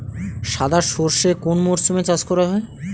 সাদা সর্ষে কোন মরশুমে চাষ করা হয়?